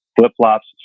flip-flops